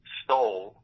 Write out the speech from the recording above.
stole